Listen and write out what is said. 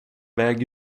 väg